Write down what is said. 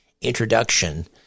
introduction